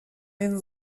den